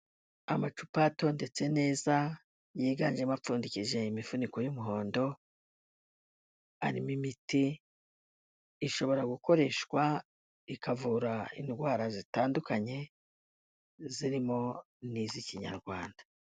Amacupato atondetse neza yiganjemo apfundikishije imifuniko y'umuhondo, arimo imiti ishobora gukoreshwa ikavura indwara zitandukanye zirimo n'iz'Ikinyarwanda.